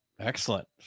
excellent